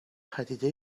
پدیده